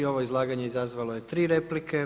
Ovo izlaganje izazvalo je tri replike.